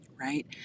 Right